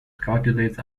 cartilage